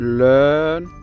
learn